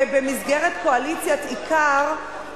במסגרת קואליציית "עיקר",